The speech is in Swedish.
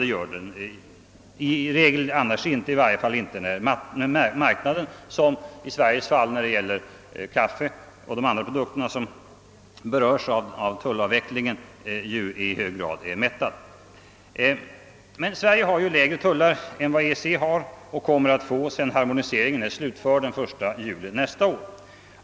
Det gör den i regel annars inte, i varje fall inte när marknaden — såsom i Sveriges fall när det gäller kaffe och de andra produkter som berörs av tullavvecklingen — i hög grad är mättad. Sverige har emellertid lägre tullar än vad EEC har och kommer att få sedan harmoniseringen är slutförd den 1 juli nästa år.